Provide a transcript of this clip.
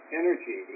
energy